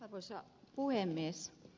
arvoisa puhemies